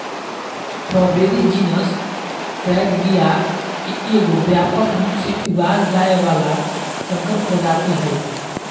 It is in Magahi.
स्ट्रॉबेरी जीनस फ्रैगरिया के एगो व्यापक रूप से उगाल जाय वला संकर प्रजाति हइ